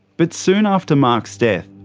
but soon after mark's death,